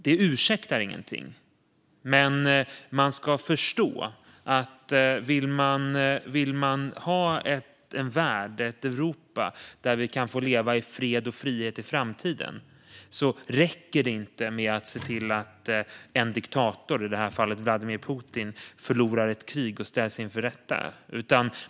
Detta ursäktar inget, men man ska förstå att om vi vill ha en värld och ett Europa där vi kan få leva i fred och frihet i framtiden räcker det inte att en diktator, i detta fall Vladimir Putin, förlorar ett krig och ställs inför rätta.